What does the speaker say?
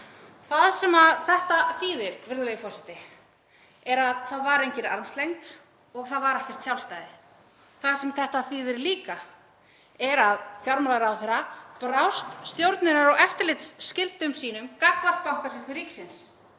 Það sem þetta þýðir, virðulegi forseti, er að það var engin armslengd og það var ekkert sjálfstæði. Það sem þetta þýðir líka er að fjármálaráðherra brást stjórnunar- og eftirlitsskyldum sínum gagnvart Bankasýslu ríkisins.